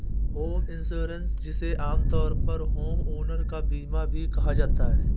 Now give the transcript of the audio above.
home insurance जिसे आमतौर पर होमओनर का बीमा भी कहा जाता है